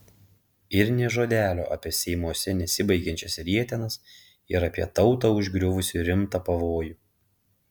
ir nė žodelio apie seimuose nesibaigiančias rietenas ir apie tautą užgriuvusį rimtą pavojų